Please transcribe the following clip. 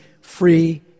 free